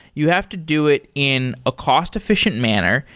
you have to do it in a cost efficient manner,